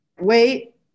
wait